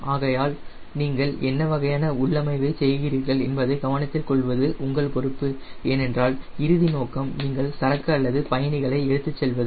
ஆகையால் நீங்கள் என்ன வகையான உள்ளமைவைச் செய்கிறீர்கள் என்பதை கவனத்தில் கொள்வது உங்கள் பொறுப்பு ஏனென்றால் இறுதி நோக்கம் நீங்கள் சரக்கு அல்லது பயணிகளை எடுத்துச் செல்வதே